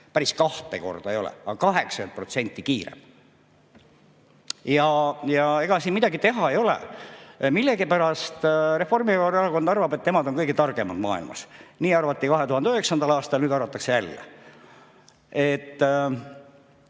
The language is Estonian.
päris kahte korda ei ole, aga on 80% kiirem. Ega siin midagi teha ei ole. Millegipärast Reformierakond arvab, et nemad on kõige targemad maailmas. Nii arvati 2009. aastal, nüüd arvatakse jälle.